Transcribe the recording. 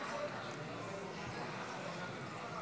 אוקיי.